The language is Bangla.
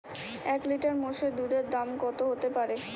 এক লিটার মোষের দুধের দাম কত হতেপারে?